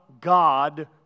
God